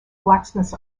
blacksmiths